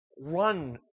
run